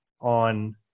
on